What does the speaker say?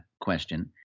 question